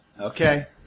Okay